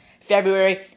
February